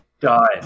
Die